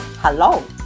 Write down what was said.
Hello